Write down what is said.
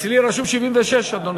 אצלי רשום 76, אדוני.